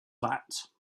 that